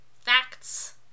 Facts